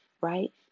right